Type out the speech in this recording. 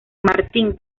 martín